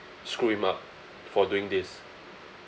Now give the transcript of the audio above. screw him up for doing this